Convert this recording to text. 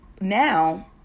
now